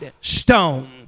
stone